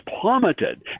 plummeted